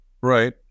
Right